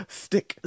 stick